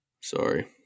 Sorry